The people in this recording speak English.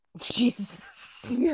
Jesus